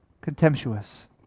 contemptuous